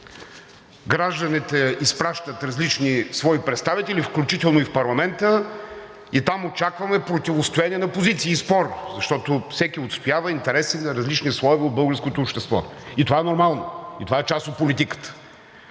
Гражданите изпращат различни свои представители, включително и в парламента, и там очакваме противостоене на позиции и спор, защото всеки отстоява интереса на различни слоеве от българското общество. И това е нормално, и това е част от политиката.